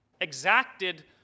exacted